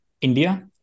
India